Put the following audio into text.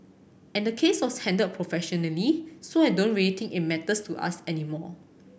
and the case was handled professionally so I don't really think it matters to us anymore